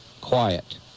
quiet